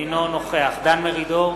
אינו נוכח דן מרידור,